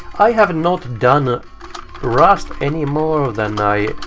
i have not done ah ah rust any more than i